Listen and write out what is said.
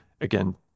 again